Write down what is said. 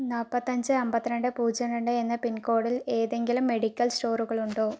നാൽപ്പത്തഞ്ച് അമ്പത്തിരണ്ട് പൂജ്യം രണ്ട് എന്ന പിൻകോഡിൽ ഏതെങ്കിലും മെഡിക്കൽ സ്റ്റോറുകളുണ്ടോ